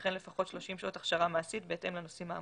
וכן לפחות 30 שעות הכשרה מעשית בהתאם לנושאים האמורים.